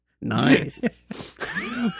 Nice